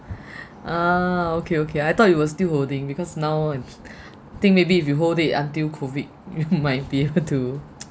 uh okay okay I thought you were still holding because now and think maybe if you hold it until COVID you might be able to